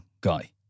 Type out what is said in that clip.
guy